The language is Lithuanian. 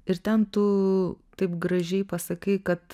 ir ten tu taip gražiai pasakai kad